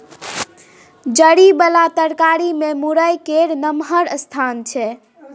जरि बला तरकारी मे मूरइ केर नमहर स्थान छै